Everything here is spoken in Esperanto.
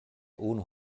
unu